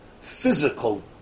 physical